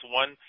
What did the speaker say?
one